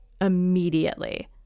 immediately